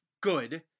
good